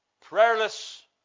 prayerless